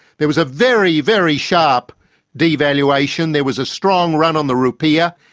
there was a very, very sharp devaluation, there was a strong run on the rupiah,